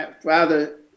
father